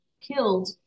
killed